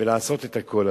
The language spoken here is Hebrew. ולעשות את הכול,